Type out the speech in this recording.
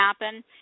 happen